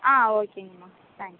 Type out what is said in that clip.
ஆ ஓகேங்கம்மா தேங்க்ஸ்